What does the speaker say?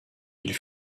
ils